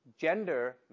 Gender